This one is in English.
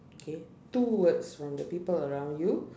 okay two words from the people around you